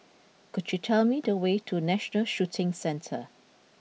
could you tell me the way to National Shooting Centre